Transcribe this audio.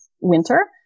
winter